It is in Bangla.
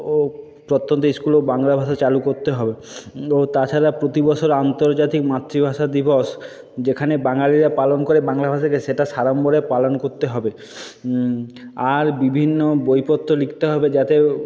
ও প্রত্যন্ত ইস্কুলেও বাংলা ভাষা চালু করতে হবে ও তাছাড়া প্রতিবছর আন্তর্জাতিক মাতৃভাষা দিবস যেখানে বাঙালিরা পালন করে বাংলা ভাষাকে সেটা সাড়ম্বরে পালন করতে হবে আর বিভিন্ন বইপত্র লিখতে হবে যাতে